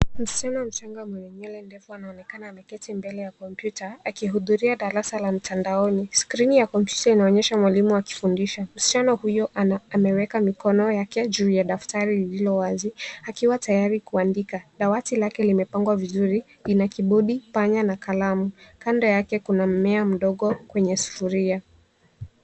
Msichana mchanga mwenye nywele ndefu anaonekana ameketi mbele ya komputa akihudhuria darasa la mtandaoni. Skrini ya kompyuta inaonyesha mwalimu akifundisha. Msichana huyo ameweka mikono yake juu ya daftari lililo wazi akiwa tayari kuandika. Dawati lake limepangwa vizuri, ina kipodi, panya na kalamu. Kando yake kuna mmea mdogo kwenye sufuria.